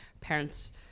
Parents